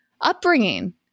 upbringing